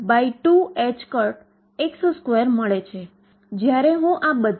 હવે ψ એ AsinkxBcoskx બનશે